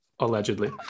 allegedly